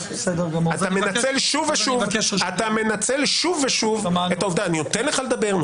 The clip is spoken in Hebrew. אתה מנצל שוב ושוב את העובדה שאני נותן לך לדבר,